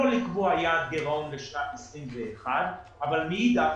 לא לקבוע יעד גירעון לשנת 2021 אבל מאידך